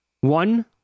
One